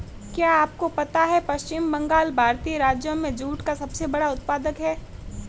क्या आपको पता है पश्चिम बंगाल भारतीय राज्यों में जूट का सबसे बड़ा उत्पादक है?